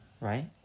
right